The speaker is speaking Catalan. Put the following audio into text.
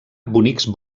bonics